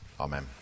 Amen